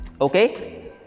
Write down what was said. Okay